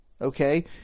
okay